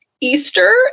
easter